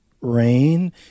rain